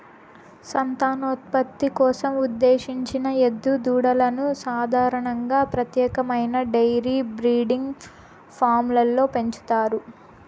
సంతానోత్పత్తి కోసం ఉద్దేశించిన ఎద్దు దూడలను సాధారణంగా ప్రత్యేకమైన డెయిరీ బ్రీడింగ్ ఫామ్లలో పెంచుతారు